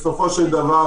בסופו של דבר